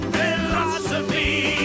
philosophy